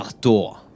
door